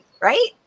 right